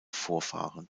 vorfahren